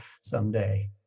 someday